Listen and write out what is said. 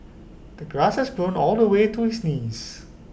the grass has grown all the way to his knees